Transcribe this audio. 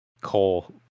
Cole